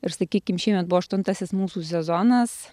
ir sakykim šiemet buvo aštuntasis mūsų sezonas